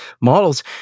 models